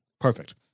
Perfect